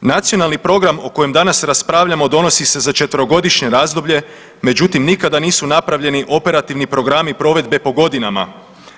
Nacionalni program o kojem danas raspravljamo donosi se za četverogodišnje razdoblje, međutim nikada nisu napravljeni operativni programi provedbe po godinama,